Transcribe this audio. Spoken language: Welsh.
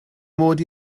mod